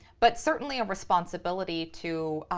but certainly a responsibility to